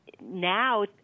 Now